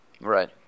Right